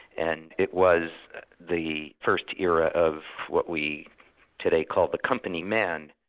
and it was the first era of what we today call the company man.